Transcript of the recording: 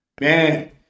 man